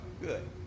Good